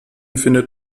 findet